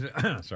sorry